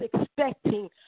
expecting